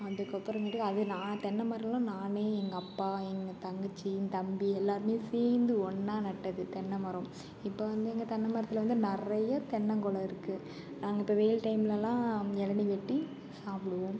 அதுக்கப்புறமேட்டுக்கு அது நான் தென்னை மரம்லாம் நானே எங்கள் அப்பா எங்கள் தங்கச்சி என் தம்பி எல்லாருமே சேந்து ஒன்றாக நட்டது தென்னை மரம் இப்போது வந்து எங்கள் தென்னை மரத்தில் வந்து நிறைய தென்னங்கொலை இருக்கு நாங்கள் இப்போ வெயில் டைம்லெலாம் இளநி வெட்டி சாப்பிடுவோம்